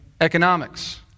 economics